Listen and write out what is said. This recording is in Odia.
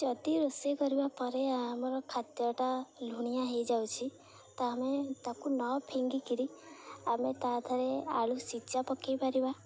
ଯଦି ରୋଷେଇ କରିବା ପରେ ଆମର ଖାଦ୍ୟଟା ଲୁଣିଆ ହେଇଯାଉଛି ତ ଆମେ ତାକୁ ନ ଫିଙ୍ଗିକିରି ଆମେ ତାଦେହରେ ଆଳୁ ସିଝା ପକାଇ ପାରିବା